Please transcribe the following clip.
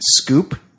scoop